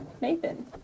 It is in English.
Nathan